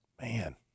Man